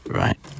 right